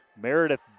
Meredith